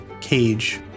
Cage